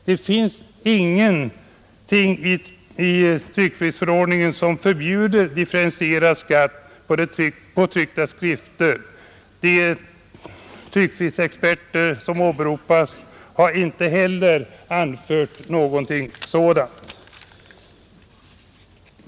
Det finns ingenting i tryckfrihetsförordningen som förbjuder differentierad skatt på tryckta skrifter. De tryckfrihetsexperter som åberopats har inte heller anfört någonting sådant.